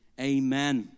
amen